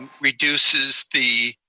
reduces the